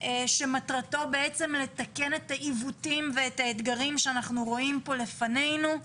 שמטרתו בעצם לתקן את העיוותים ואת האתגרים שאנחנו רואים פה לפנינו.